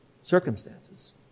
circumstances